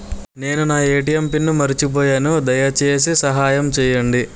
నేను నా ATM pin మర్చిపోయాను, దయచేసి సహాయం చేయండి